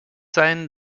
sein